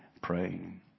praying